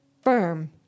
firm